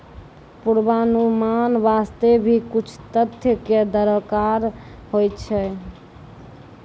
पुर्वानुमान वास्ते भी कुछ तथ्य कॅ दरकार होय छै